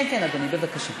כן, כן, אדוני, בבקשה.